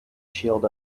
shield